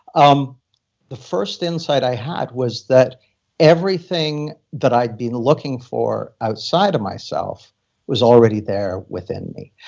um the first insight i had was that everything that i've been looking for outside of myself was already there within me.